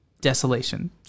desolation